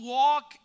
walk